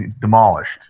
demolished